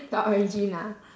the origin ah